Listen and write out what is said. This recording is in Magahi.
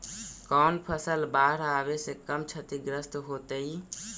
कौन फसल बाढ़ आवे से कम छतिग्रस्त होतइ?